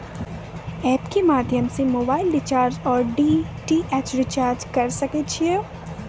App के माध्यम से मोबाइल रिचार्ज ओर डी.टी.एच रिचार्ज करऽ सके छी यो?